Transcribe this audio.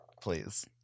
please